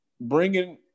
bringing